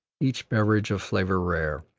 each beverage of flavor rare,